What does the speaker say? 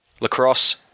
Lacrosse